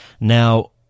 Now